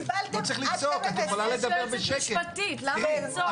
קיבלתם עד 12:20 או --- לא צריך לצעוק,